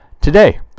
today